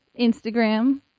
Instagram